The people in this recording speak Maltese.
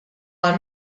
għal